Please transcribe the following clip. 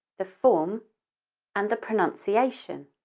the form and the pronunciation.